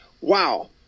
Wow